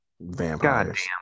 vampires